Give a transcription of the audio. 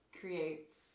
Creates